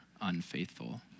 unfaithful